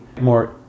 more